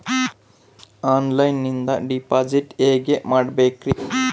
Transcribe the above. ಆನ್ಲೈನಿಂದ ಡಿಪಾಸಿಟ್ ಹೇಗೆ ಮಾಡಬೇಕ್ರಿ?